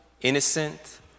innocent